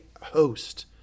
host